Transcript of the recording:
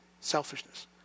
selfishness